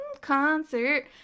Concert